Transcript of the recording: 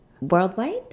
worldwide